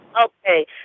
Okay